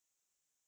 mm